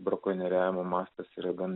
brakonieriavimo mastas yra gan